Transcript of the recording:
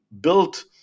built